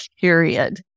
period